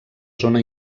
zona